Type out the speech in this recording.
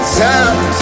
time